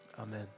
Amen